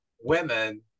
women